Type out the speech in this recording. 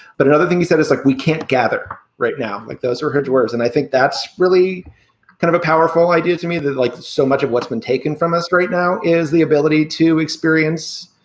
but another thing you said is like we can't gather right now, like those are his words. and i think that's really kind of a powerful idea to me that like so much of what's been taken from us right now is the ability to experience,